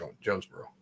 Jonesboro